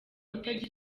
kutagira